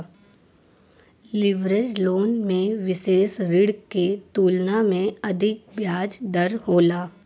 leverage loan में विसेष ऋण के तुलना में अधिक ब्याज दर होला